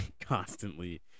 constantly